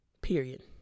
Period